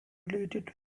related